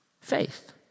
faith